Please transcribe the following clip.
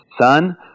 son